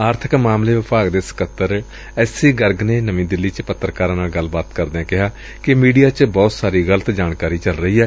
ਆਰਬਿਕ ਮਾਮਲੇ ਵਿਭਾਗ ਦੇ ਸਕੱਤਰ ਐਸ ਸੀ ਗਰਗ ਨੇ ਨਵੀਂ ਦਿੱਲੀ ਚ ਪੱਤਰਕਾਰਾਂ ਨਾਲ ਗੱਲਬਾਤ ਕਰਦਿਆ ਕਿਹਾ ਕਿ ਮੀਡੀਆ ਚ ਬਹੁਤ ਸਾਰੀ ਗਲਤ ਜਾਣਕਾਰੀ ਚੱਲ ਰਹੀ ਏ